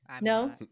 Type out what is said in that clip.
No